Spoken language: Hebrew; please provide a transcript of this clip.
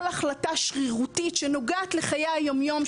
החלטה שרירותית שנוגעת לחיי היום יום,